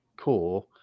core